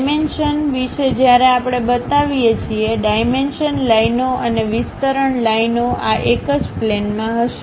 dimension વિશે જ્યારે આપણે બતાવીએ છીએ ડાઈમેનશન લાઇનઓ અને વિસ્તરણ લાઇનઓ આ એક જ પ્લેન માં હશે